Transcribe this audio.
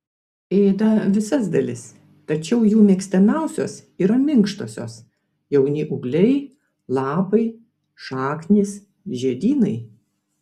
ėda visas dalis tačiau jų mėgstamiausios yra minkštosios jauni ūgliai lapai šaknys žiedynai